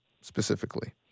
specifically